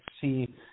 see